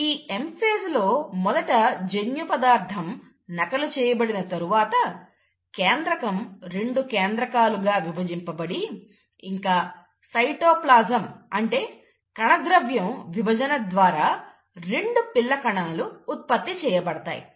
ఈ M phase లో మొదట జన్యుపదార్థం నకలు చేయబడిన తరువాత కేంద్రకం రెండు కేంద్రకాలు గా విభజింపబడి ఇంకా సైటోప్లాస్మ్ అంటే కణద్రవ్యం విభజన ద్వారా రెండు పిల్ల కణాలు ఉత్పత్తి చేయబడతాయి